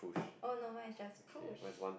oh no mine is just push